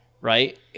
right